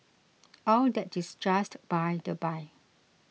all that is just by the by